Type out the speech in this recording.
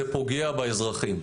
זה פוגע באזרחים.